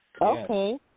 Okay